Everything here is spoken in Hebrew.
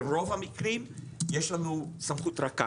ברוב המקרים שי לנו סמכות רכה